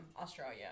Australia